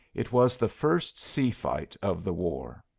it was the first sea-fight of the war.